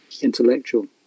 intellectual